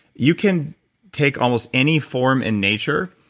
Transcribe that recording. you can take almost any form in nature,